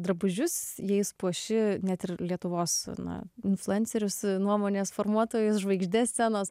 drabužius jais puoši net ir lietuvos na influencerius nuomonės formuotojus žvaigždes scenos